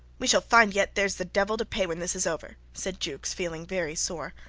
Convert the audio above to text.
we shall find yet theres the devil to pay when this is over, said jukes, feeling very sore.